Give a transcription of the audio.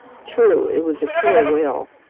true, it was a killer whale,